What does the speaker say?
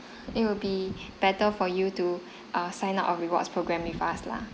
it will be better for you to err sign up a rewards program with us lah